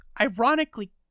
ironically